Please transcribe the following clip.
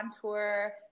tour